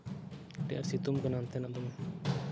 ᱟᱹᱰᱤ ᱟᱸᱴ ᱥᱤᱛᱩᱝ ᱠᱟᱱᱟ ᱚᱱᱛᱮᱱᱟᱜ ᱫᱚᱢᱮ